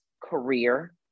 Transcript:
career